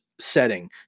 Setting